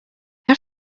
how